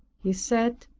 he said,